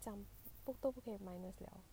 讲都不可以 minus liao